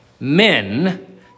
Men